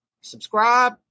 subscribe